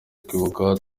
kwibuka